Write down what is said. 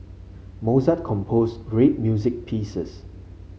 Mozart composed great music pieces